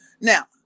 Now